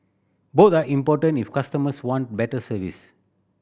both are important if customers want better service